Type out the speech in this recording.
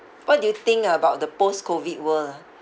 what do you think about the post-COVID world ah